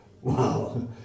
wow